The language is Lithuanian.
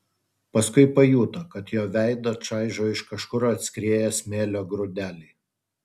paskui pajuto kad jo veidą čaižo iš kažkur atskrieję smėlio grūdeliai